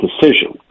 decision